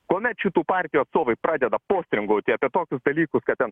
kuomet šitų partijų atstovai pradeda postringauti apie tokius dalykus kad ten